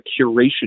curation